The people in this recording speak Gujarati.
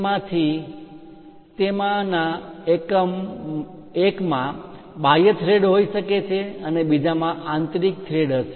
તેથી તેમાં ના એકમાં બાહ્ય થ્રેડ હોઈ શકે છે અને બીજામાં આંતરિક થ્રેડ હશે